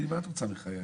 תגידי, מה את רוצה מחיי?